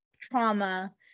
trauma